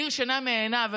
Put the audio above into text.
מדיר שינה מעיניו,